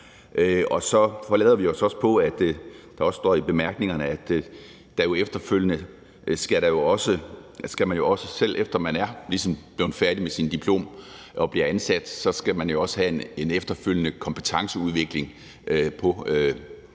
og så forlader vi os på, som der også står i bemærkningerne, at man efterfølgende, efter at man er blevet færdig med sin diplomuddannelse og ansat, også skal have en efterfølgende kompetenceudvikling på det